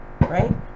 right